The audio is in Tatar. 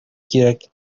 кирәк